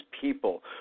people